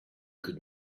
could